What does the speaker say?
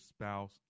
spouse